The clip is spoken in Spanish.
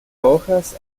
hojas